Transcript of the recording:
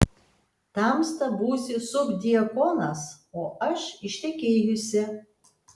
tamsta būsi subdiakonas o aš ištekėjusi